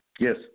Yes